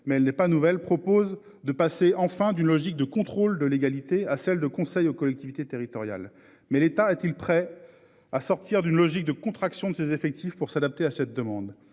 mais elle n'est pas nouvelle, propose de passer enfin d'une logique de contrôle de légalité. Tu es à celle de conseil aux collectivités territoriales. Mais l'État est-il prêt à sortir d'une logique de contraction de ses effectifs pour s'adapter à cette demande